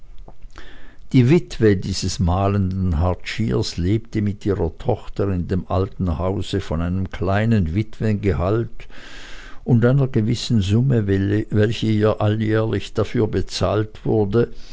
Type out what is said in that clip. die witwe dieses malenden hartschiers lebte mit ihrer tochter in dem alten hause von einem kleinen witwengehalt und einer gewissen summe welche ihr jährlich dafür bezahlt wurde